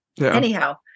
anyhow